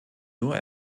nur